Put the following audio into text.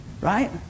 right